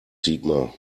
sigmar